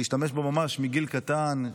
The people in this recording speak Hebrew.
להשתמש בו ממש מגיל קטן,